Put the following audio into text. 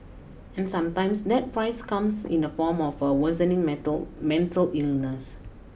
and sometimes that price comes in the form of a worsening mental mental illness